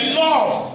love